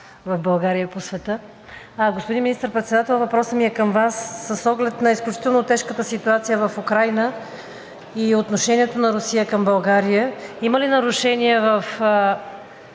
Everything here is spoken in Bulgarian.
в България и по света! Господин Министър-председател, въпросът ми е към Вас: с оглед на изключително тежката ситуация в Украйна и отношението на Русия към България има ли нарушения в